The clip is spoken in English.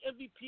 MVP